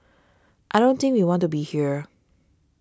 I don't think we want to be here